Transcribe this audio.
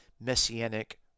Messianic